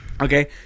Okay